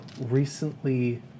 recently